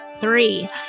three